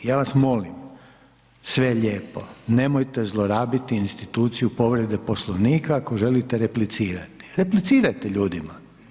Ja vas molim sve lijepo nemojte zlorabiti instituciju povrede Poslovnika ako želite replicirati, replicirajte ljudima.